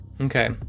Okay